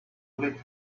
let